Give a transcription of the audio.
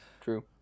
true